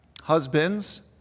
Husbands